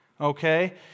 okay